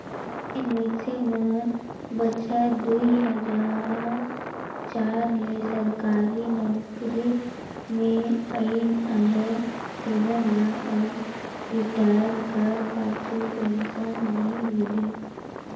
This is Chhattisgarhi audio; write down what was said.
जेन मइनसे मन बछर दुई हजार चार ले सरकारी नउकरी में अइन अहें तेमन ल अब रिटायर कर पाछू पेंसन नी मिले